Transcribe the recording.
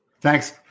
Thanks